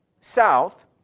South